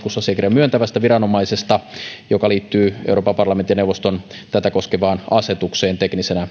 myöntävästä viranomaisesta joka liittyy euroopan parlamentin ja neuvoston tätä koskevaan asetukseen teknisenä